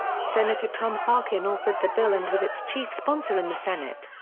senator tom harkin authored the bill and was its chief sponsor in the senate.